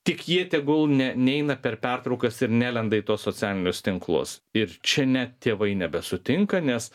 tik jie tegul ne neina per pertraukas ir nelenda į tuos socialinius tinklus ir čia net tėvai nebesutinka nes